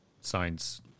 science